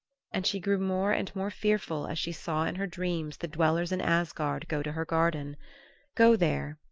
and she grew more and more fearful as she saw in her dreams the dwellers in asgard go to her garden go there,